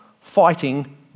fighting